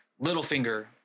Littlefinger